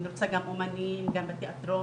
לא אני לומד בדליית אל כרמל.